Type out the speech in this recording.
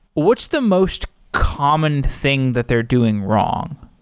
what's the most common thing that they're doing wrong?